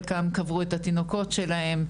חלקן קברו את התינוקות שלהן,